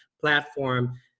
platform